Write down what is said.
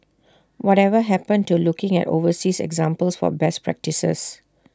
whatever happened to looking at overseas examples for best practices